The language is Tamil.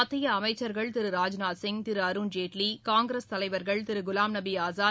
மத்திய அமைச்சர்கள் திரு ராஜ்நாத்சிங் திரு அருண்ஜேட்லி காங்கிரஸ் தலைவர்கள் திரு குலாம்நபி ஆசாத்